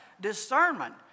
discernment